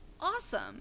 awesome